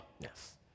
Yes